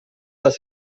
dass